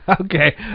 Okay